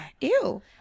Ew